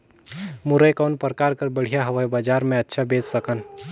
मुरई कौन प्रकार कर बढ़िया हवय? बजार मे अच्छा बेच सकन